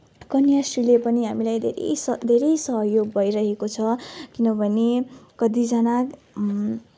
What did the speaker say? कन्याश्रीले पनि हामीलाई धेरै स धेरै सहयोग भइरहेको छ किनभने कतिजना